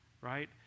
right